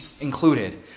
included